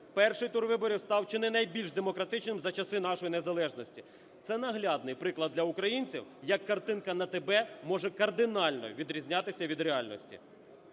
перший тур виборів став чи найбільш демократичним за часи нашої незалежності. Це наглядний приклад для українців, як картинка на ТБ може кардинально відрізнятися від реальності.